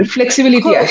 Flexibility